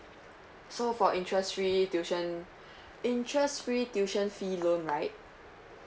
so for interest free tuition interest free tuition fee loan right